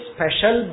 Special